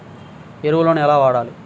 ఎరువులను ఎలా వాడాలి?